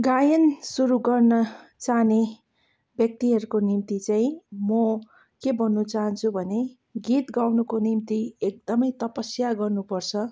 गायन सुरु गर्न चाहने व्यक्तिहरूको निम्ति चाहिँ म के भन्नु चाहन्छु भने गीत गाउनुको निम्ति एकदमै तपस्या गर्नुपर्स